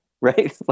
Right